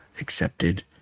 accepted